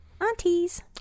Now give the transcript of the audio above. aunties